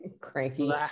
cranky